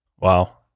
Wow